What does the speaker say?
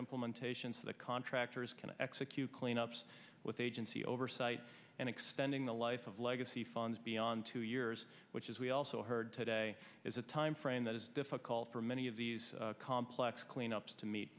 implementation so the contractors can execute cleanups with agency oversight and extending the life of legacy funds beyond two years which as we also heard today is a time frame that is difficult for many of these complex cleanups to meet